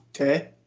okay